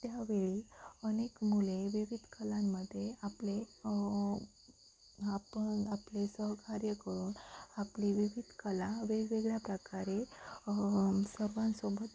त्यावेळी अनेक मुले विविध कलांमध्ये आपले आपण आपले सहकार्य करून आपली विविध कला वेगवेगळ्या प्रकारे सर्वांसोबत